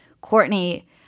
Courtney